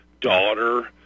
daughter